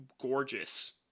gorgeous